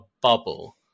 bubble